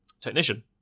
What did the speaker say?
technician